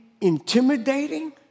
intimidating